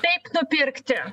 taip nupirkti